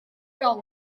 galon